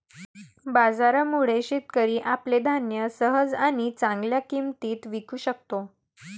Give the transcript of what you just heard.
बाजारामुळे, शेतकरी आपले धान्य सहज आणि चांगल्या किंमतीत विकू शकतो